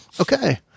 Okay